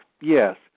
Yes